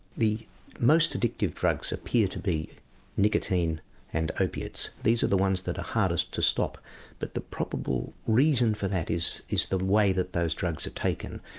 the most addictive drugs appear to be nicotine and opiates these are the ones that are hardest to stop but the probable reason for that is is the way that those drugs are taken.